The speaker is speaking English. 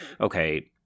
okay—